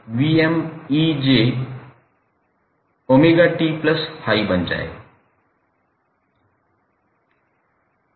तो यह 𝑅𝑒𝑉𝑚𝑒𝑗𝜔𝑡∅ बन जाएगा